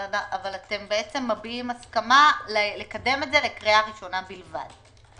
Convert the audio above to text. אבל אתם מביעים הסכמה לקדם את זה לקריאה ראשונה בלבד.